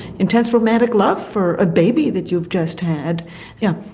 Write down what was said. intense romantic love for a baby that you've just had yeah,